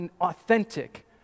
authentic